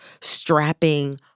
strapping